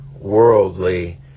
worldly